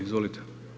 Izvolite.